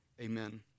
Amen